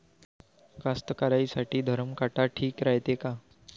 कास्तकाराइसाठी धरम काटा ठीक रायते का?